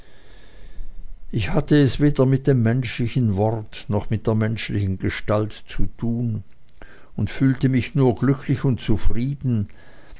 ich hatte es weder mit dem menschlichen wort noch mit der menschlichen gestalt zu tun und fühlte mich nur glücklich und zufrieden